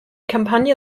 kampagne